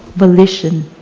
volition,